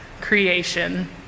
creation